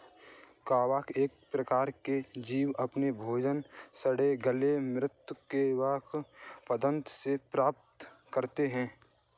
कवक एक प्रकार के जीव अपना भोजन सड़े गले म्रृत कार्बनिक पदार्थों से प्राप्त करते हैं